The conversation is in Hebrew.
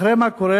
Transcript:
אחרי זה מה קורה?